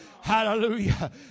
Hallelujah